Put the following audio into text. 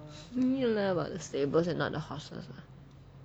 you mean you learn about the stables and not the horses ah